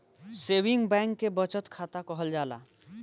saving bank के बचत खाता कहल जाला